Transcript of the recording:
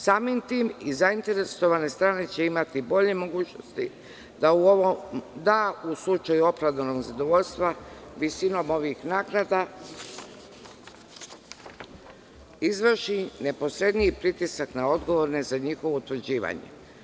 Samim tim i zainteresovane strane će imati bolje mogućnosti da, u slučaju opravdanog zadovoljstva, visinom ovih naknada izvrši neposredniji pritisak na odgovorne za njihovo utvrđivanje.